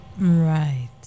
Right